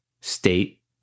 state